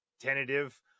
tentative